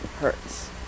hertz